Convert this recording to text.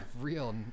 real